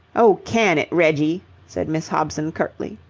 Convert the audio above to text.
oh, can it, reggie! said miss hobson, curtly.